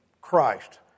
Christ